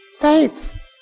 Faith